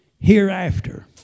hereafter